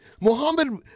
Muhammad